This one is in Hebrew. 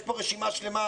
יש פה רשימה שלמה,